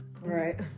Right